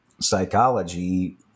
psychology